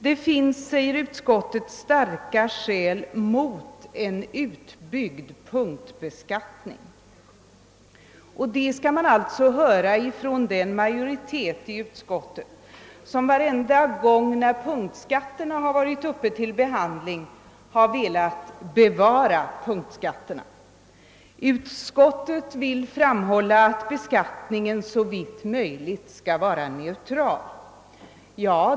Det finns, säger utskottet, starka skäl mot en utvidgad punktbeskattning. Det skall man alltså höra ifrån den majoritet i utskottet, som varenda gång punktskatterna har varit uppe till behandling har velat bevara sådana skatter. Utskottet vill framhålla, att beskattningen såvitt möjligt skall vara neutral.